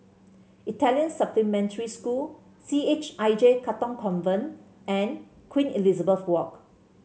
Italian Supplementary School C H I J Katong Convent and Queen Elizabeth Walk